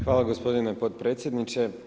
Hvala gospodine potpredsjedniče.